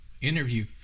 interview